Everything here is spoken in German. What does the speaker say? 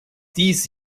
dies